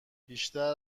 بیشتر